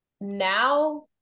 now